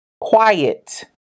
quiet